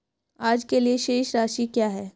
आज के लिए शेष राशि क्या है?